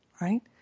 right